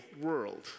world